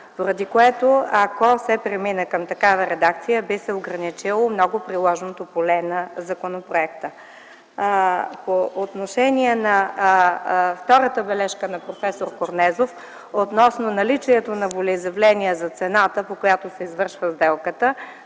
поради което, ако се премине към такава редакция, би се ограничило много приложното поле на законопроекта. По отношение на втората бележка на проф. Корнезов относно наличието на волеизявление за цената, по която се извършва сделката